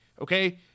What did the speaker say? okay